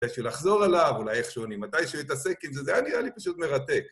כדי שלחזור אליו, אולי איכשהו אני מתישהו אתעסק עם זה, זה נראה לי פשוט מרתק.